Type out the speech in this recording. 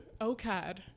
OCAD